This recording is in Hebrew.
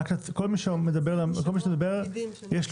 אני ערן אטינגר, סמנכ"ל ניהול